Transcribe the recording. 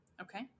Okay